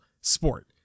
sport